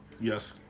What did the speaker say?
Yes